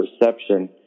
perception